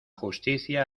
justicia